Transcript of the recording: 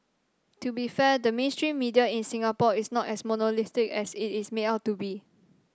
to be fair the mainstream media in Singapore is not as monolithic as it is made out to be